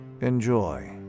Enjoy